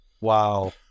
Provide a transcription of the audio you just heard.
Wow